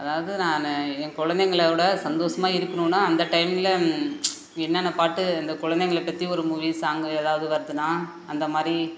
அதாவது நான் எங்கள் குலந்தைங்களோட சந்தோஷமாக இருக்கணுன்னா அந்த டைம்மில் என்னென்ன பாட்டு இந்த குலந்தைங்கள பற்றி ஒரு மூவி சாங்கு எதாவது வருதுன்னா அந்தமாதிரி